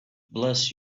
bless